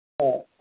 ꯍꯣꯏ